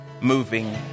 moving